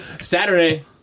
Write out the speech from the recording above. Saturday